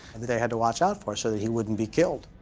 that they had to watch out for so that he wouldn't be killed.